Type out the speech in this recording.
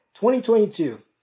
2022